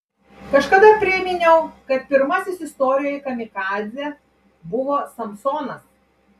kažkada priminiau kad pirmasis istorijoje kamikadzė buvo samsonas